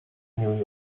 new